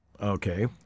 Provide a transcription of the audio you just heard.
Okay